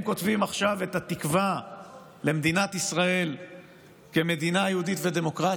הם כותבים עכשיו את התקווה למדינת ישראל כמדינה יהודית ודמוקרטית,